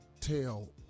tell